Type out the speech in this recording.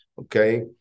Okay